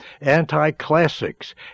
anti-classics